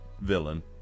villain